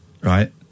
Right